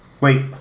Wait